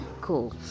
cool